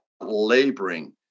laboring